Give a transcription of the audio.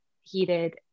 heated